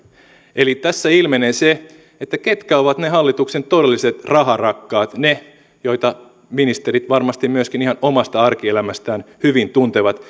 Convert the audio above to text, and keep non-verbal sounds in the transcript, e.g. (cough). eli tässä ilmenee se ketkä ovat ne hallituksen todelliset raharakkaat ne joita ministerit varmasti myöskin ihan omasta arkielämästään hyvin tuntevat (unintelligible)